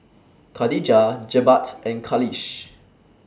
Khadija Jebat and Khalish